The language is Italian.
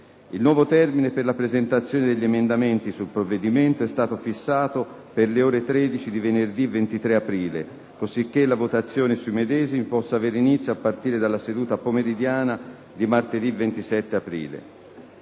Il nuovo termine per la presentazione degli emendamenti sul provvedimento è stato fissato per le ore 13 di venerdì 23 aprile, cosicché la votazione sui medesimi possa avere inizio a partire dalla seduta pomeridiana di martedì 27 aprile.